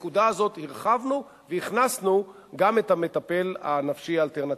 בנקודה הזאת הרחבנו והכנסנו גם את המטפל הנפשי האלטרנטיבי.